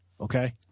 okay